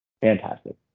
fantastic